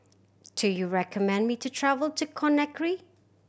do you recommend me to travel to Conakry